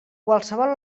qualsevol